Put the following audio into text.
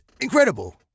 incredible